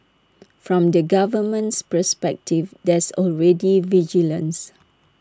from the government's perspective there's already vigilance